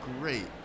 great